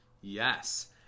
Yes